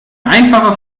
einfache